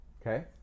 okay